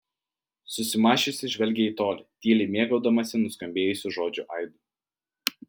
susimąsčiusi žvelgė į tolį tyliai mėgaudamasi nuskambėjusių žodžių aidu